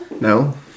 No